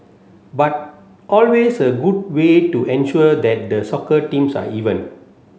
but always a good way to ensure that the soccer teams are even